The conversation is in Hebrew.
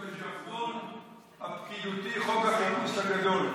בז'רגון הפקידותי "חוק החיפוש הגדול".